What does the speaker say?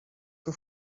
que